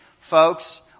Folks